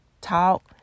talk